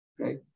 Okay